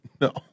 No